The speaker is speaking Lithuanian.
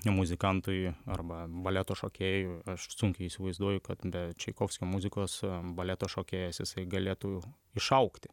muzikantui arba baleto šokėjui aš sunkiai įsivaizduoju kad be čaikovskio muzikos baleto šokėjas jisai galėtų išaugti